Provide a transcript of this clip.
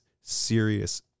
serious